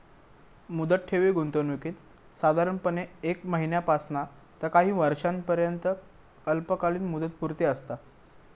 मुदत ठेवी गुंतवणुकीत साधारणपणे एक महिन्यापासना ता काही वर्षांपर्यंत अल्पकालीन मुदतपूर्ती असता